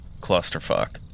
clusterfuck